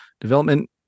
development